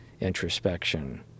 introspection